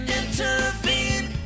intervene